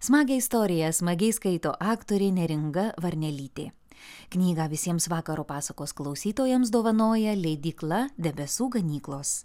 smagią istoriją smagiai skaito aktorė neringa varnelytė knygą visiems vakaro pasakos klausytojams dovanoja leidykla debesų ganyklos